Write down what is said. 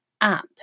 up